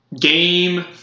Game